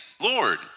Lord